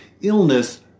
illness